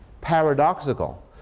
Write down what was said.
paradoxical